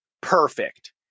perfect